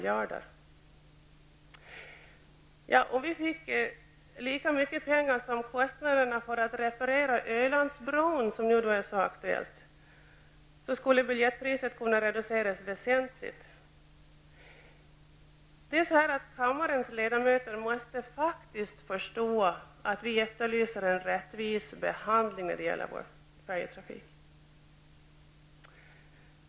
Ja, om vi fick lika mycket pengar som kostnaderna för att reparera Ölandsbron, som nu är aktuellt, skulle biljettpriset kunna reduceras väsentligt. Kammarens ledamöter måste faktiskt förstå att vi efterlyser en rättvis behandling när det gäller vår färjetrafik.